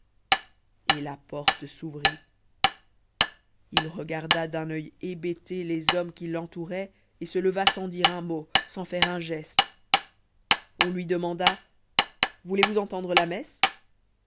et la porte s'ouvrit il regarda d'un oeil hébété les hommes qui l'entouraient et se leva sans dire un mot sans faire un geste on lui demanda voulez-vous entendre la messe